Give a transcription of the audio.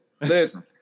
listen